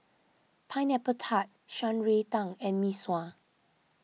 Pineapple Tart Shan Rui Tang and Mee Sua